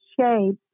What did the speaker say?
shape